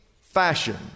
fashion